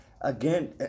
again